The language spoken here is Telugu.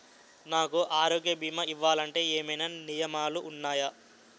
నాకు ఆరోగ్య భీమా ఇవ్వాలంటే ఏమైనా నియమాలు వున్నాయా?